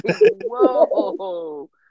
whoa